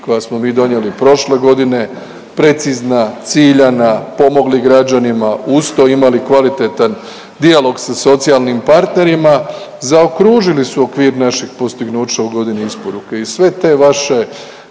koja smo mi donijeli prošle godine, precizna, ciljana, pomogli građanima, uz to imali kvalitetan dijalog sa socijalnim partnerima, zaokružili su okvir našeg postignuća u godini isporuke i sve te vaše